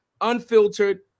unfiltered